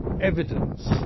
evidence